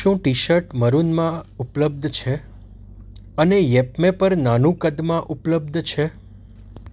શું ટીશટ મરૂનમાં ઉપલબ્ધ છે અને યેપમે પર નાનું કદમાં ઉપલબ્ધ છે